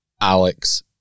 alex